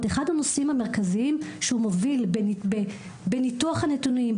אחד הנושאים המרכזיים שהוא מוביל בניתוח הנתונים,